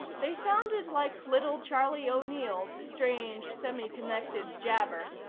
they sounded like little charlie o'neill's strange semi-connected jabber,